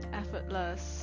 effortless